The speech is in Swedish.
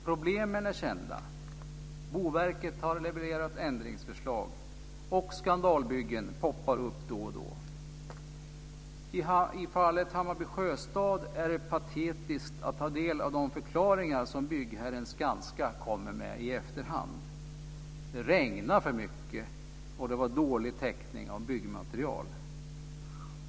Problemen är kända, Boverket har levererat ändringsförslag och skandalbyggen poppar upp då och då. I fallet Hammarby sjöstad är det patetiskt att ta del av de förklaringar som byggherren Skanska kommer med i efterhand. Det regnade för mycket, och det var dålig täckning av byggmaterial.